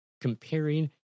comparing